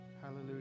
Hallelujah